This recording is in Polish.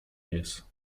pies